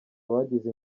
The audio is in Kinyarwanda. abagize